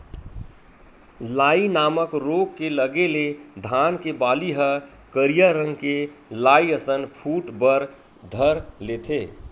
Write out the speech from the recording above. लाई नामक रोग के लगे ले धान के बाली ह करिया रंग के लाई असन फूट बर धर लेथे